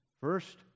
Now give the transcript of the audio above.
First